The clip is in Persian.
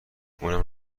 اونم